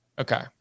Okay